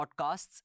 podcasts